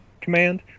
command